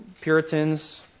Puritans